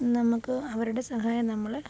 നമുക്ക് അവരുടെ സഹായം നമ്മള്